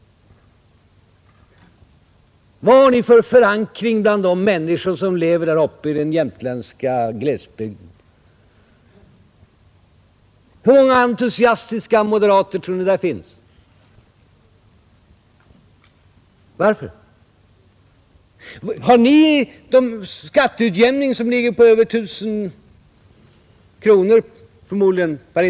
Vad har ni för förankring bland de människor som lever där uppe i den jämtländska glesbygden? Hur många entusiastiska moderater tror ni där finns? Varför? Har ni en skatteutjämning som ligger över 1 000 kronor per invånare där?